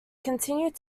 continued